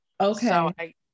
Okay